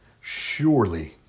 Surely